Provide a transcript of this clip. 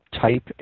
type